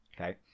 okay